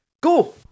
go